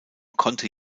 konnte